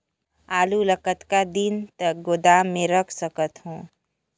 आलू ल कतका दिन तक गोदाम मे रख सकथ हों?